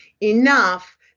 enough